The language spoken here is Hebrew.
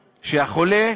שהחולה,